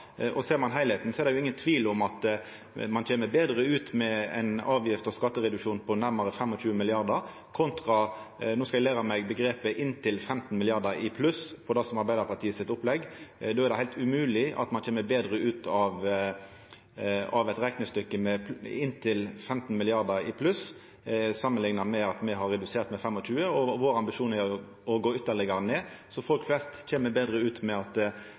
det. Ser ein heilskapen, er det ikkje nokon tvil om at ein kjem betre ut med ein avgifts- og skattereduksjon på nærmare 25 mrd. kr, kontra – no skal eg læra meg omgrepet – inntil 15 mrd. kr i pluss på det som er Arbeidarpartiets opplegg. Det er heilt umogleg at ein kjem betre ut av eit reknestykke med inntil 15 mrd. kr i pluss, samanlikna med at me har redusert med 25 mrd. kr. Vår ambisjon er å gå ytterlegare ned. Folk flest kjem betre ut ved at